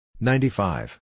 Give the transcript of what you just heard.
Ninety-five